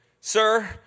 Sir